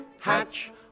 hatch